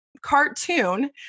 Cartoon